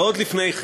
ועוד לפני כן,